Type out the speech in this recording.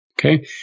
Okay